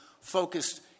focused